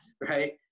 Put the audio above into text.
right